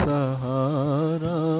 Sahara